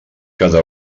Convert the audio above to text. cada